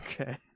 okay